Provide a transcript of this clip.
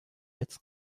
jetzt